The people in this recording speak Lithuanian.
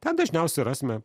ten dažniausiai rasime